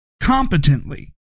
competently